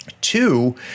Two